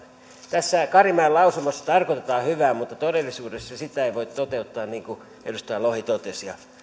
tässä karimäen lausumassa tarkoitetaan hyvää mutta todellisuudessa sitä ei voi toteuttaa kuten edustaja lohi totesi